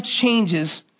changes